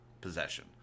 possession